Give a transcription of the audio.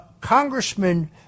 Congressman